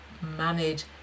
manage